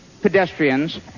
pedestrians